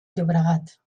llobregat